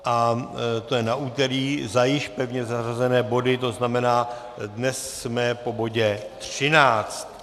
Je to na úterý za již pevně zařazené body, to znamená, dnes jsme po bodě 13.